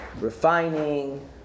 refining